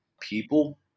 people